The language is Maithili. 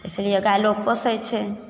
इसीलिए गाइ लोक पोसै छै